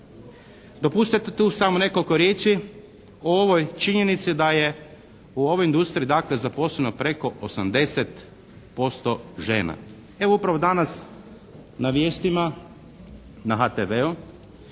Dopustite tu samo nekoliko riječi o ovoj činjenici da je u ovoj industriji, dakle, zaposleno preko 80% žena. Evo upravo danas na vijestima, na HTV-u